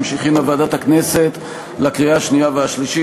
שהכינה ועדת הכנסת לקריאה שנייה ושלישית,